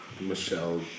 Michelle